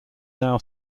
now